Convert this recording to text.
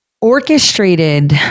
orchestrated